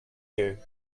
you